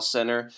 Center